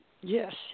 Yes